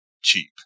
cheap